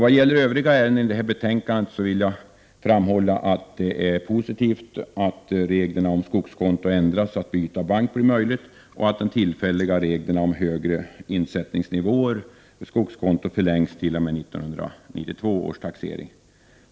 Vad gäller övriga ärenden i detta betänkande vill jag framhålla att det är positivt att reglerna om skogskonto ändras så att byte av bank blir möjligt och att de tillfälliga reglerna om högre insättningsnivåer för skogskonto förlängs t.o.m. 1992 års taxering.